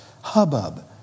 Hubbub